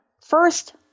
first